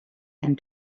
and